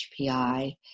HPI